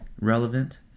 relevant